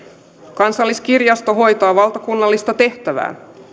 kansalliskirjasto hoitaa valtakunnallista tehtävää